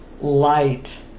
light